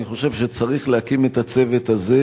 אני חושב שצריך להקים את הצוות הזה,